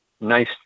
nice